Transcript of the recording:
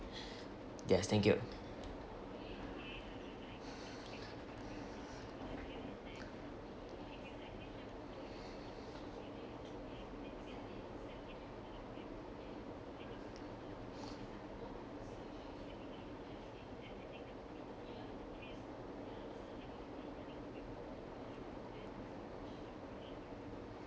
yes thank you